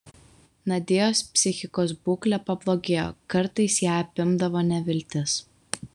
nadios psichikos būklė pablogėjo kartais ją apimdavo neviltis